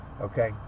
Okay